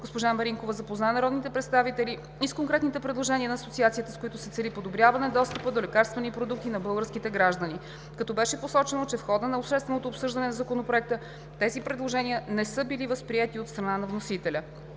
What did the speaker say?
Госпожа Маринкова запозна народните представители и с конкретните предложения на Асоциацията, с които се цели подобряване достъпа до лекарствени продукти на българските граждани, като беше посочено, че в хода на общественото обсъждане на Законопроекта тези предложения не са били възприети от страна на вносителя.